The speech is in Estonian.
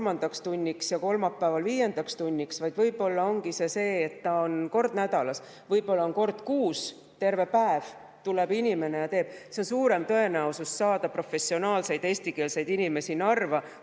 kolmandaks tunniks ja kolmapäeval viiendaks tunniks, vaid võib-olla [antaks seda] kord nädalas või võib-olla kord kuus terve päev. Tuleb inimene ja teeb. Siis on suurem tõenäosus saada [nõusse] professionaalidest eestikeelseid inimesi Narva,